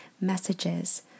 messages